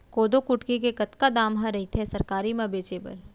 कोदो कुटकी के कतका दाम ह रइथे सरकारी म बेचे बर?